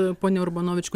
ponia urbanovič